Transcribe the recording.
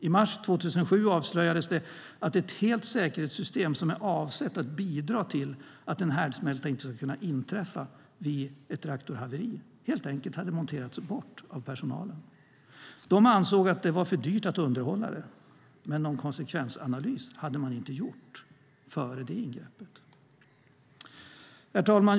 I mars 2007 avslöjades det att ett helt säkerhetssystem som är avsett att bidra till att en härdsmälta inte ska kunna inträffa vid ett reaktorhaveri helt enkelt hade monterats bort av personalen. De ansåg att det var för dyrt att underhålla, men någon konsekvensanalys hade man inte gjort före det ingreppet. Herr talman!